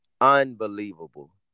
Unbelievable